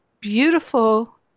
beautiful